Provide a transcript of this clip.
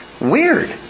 weird